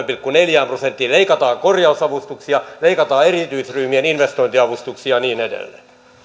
pilkku neljään prosenttiin leikataan korjausavustuksia leikataan erityisryhmien investointiavustuksia ja niin edelleen